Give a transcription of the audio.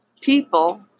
People